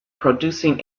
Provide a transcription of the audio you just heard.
producing